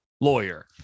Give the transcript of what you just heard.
lawyer